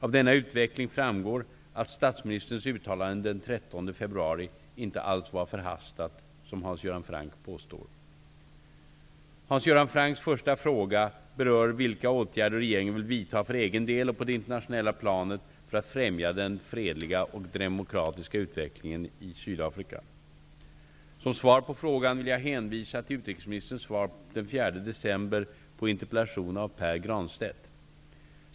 Av denna utveckling framgår att statsministerns uttalande den 13 februari inte alls var förhastat, som Hans Göran Franck påstår. Hans Göran Francks första fråga berör vilka åtgärder regeringen vill vidta för egen del och på det internationella planet för att främja den fredliga och demokratiska utvecklingen i Sydafrika. Som svar på frågan vill jag hänvisa till utrikesministerns svar den 4 december på interpellation av Pär Granstedt.